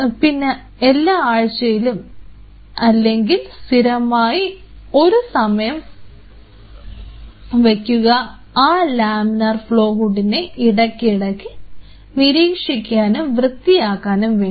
പിന്നെ എല്ലാ ആഴ്ചയും അല്ലെങ്കിൽ സ്ഥിരമായി ഒരു സമയം വയ്ക്കുക അ ലാമിനാർ ഫ്ലോ ഹുഡിനെ ഇടയ്ക്കിടയ്ക്ക് നിരീക്ഷിക്കാനും വൃത്തിയാക്കാനും വേണ്ടി